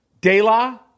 Dela